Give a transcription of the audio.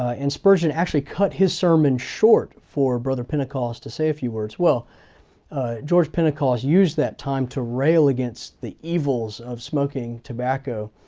and spurgeon actually cut his sermon short, for brother pentecost to say a few words. well george pentecost used that time to rail against the evils of smoking tobacco,